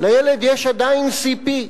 לילד יש עדיין CP,